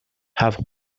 have